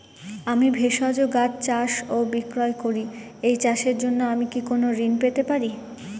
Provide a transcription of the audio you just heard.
আমি ভেষজ গাছ চাষ ও বিক্রয় করি এই চাষের জন্য আমি কি কোন ঋণ পেতে পারি?